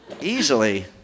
Easily